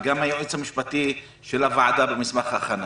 וגם היועץ המשפטי של הוועדה במסמך הכנה,